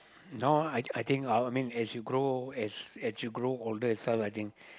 no I I think uh what I mean as you grow as as you grow older itself I think